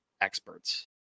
experts